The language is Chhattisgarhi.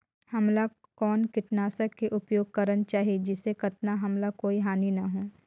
हमला कौन किटनाशक के उपयोग करन चाही जिसे कतना हमला कोई हानि न हो?